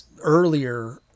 earlier